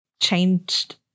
changed